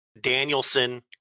Danielson